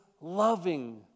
loving